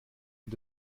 und